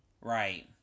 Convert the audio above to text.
Right